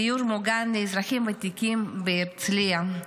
דיור מוגן לאזרחים ותיקים בהרצליה,